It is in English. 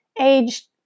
age